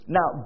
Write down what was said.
Now